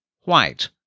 white